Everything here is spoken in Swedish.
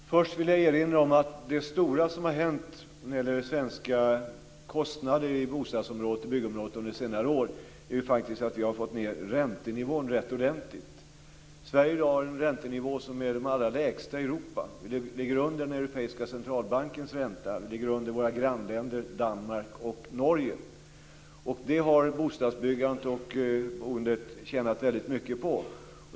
Fru talman! Först vill jag erinra om att det stora som har hänt när det gäller svenska kostnader i bostads och byggområdet under senare år är faktiskt att vi har fått ned räntenivån rätt ordentligt. Sverige har i dag en räntenivå som är de allra lägsta i Europa. Vi ligger under den europeiska centralbankens ränta, vi ligger under våra grannländers Danmark och Norge. Det har bostadsbyggandet och boendet tjänat väldigt mycket på.